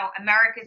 America's